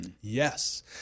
Yes